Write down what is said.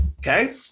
okay